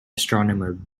astronomer